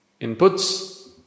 inputs